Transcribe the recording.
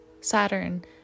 Saturn